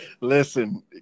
Listen